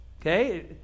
Okay